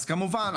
אז כמובן,